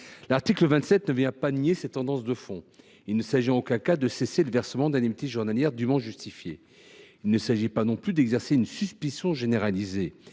L’article 27 ne nie pas cette tendance de fond ; il ne s’agit en aucun cas de cesser le versement des indemnités journalières dûment justifiées ; il ne s’agit pas non plus d’exercer une suspicion généralisée